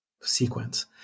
sequence